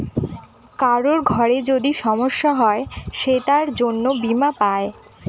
কারোর ঘরে যদি সমস্যা হয় সে তার জন্য বীমা পাই